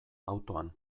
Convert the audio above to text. autoan